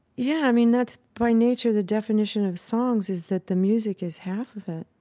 yeah, i mean, that's by nature the definition of songs is that the music is half of it